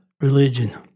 religion